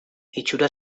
itxura